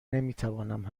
نمیتوانم